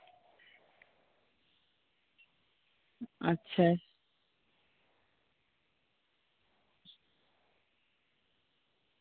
ᱟᱪᱪᱷᱟ